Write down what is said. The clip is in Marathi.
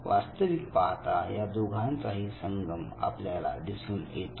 वास्तविक पाहता या दोघांचाही संगम आपल्याला दिसून येतो